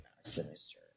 sinister